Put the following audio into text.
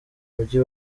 mujyi